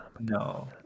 No